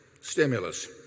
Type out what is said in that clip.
stimulus